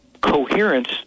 coherence